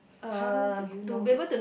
how do you know that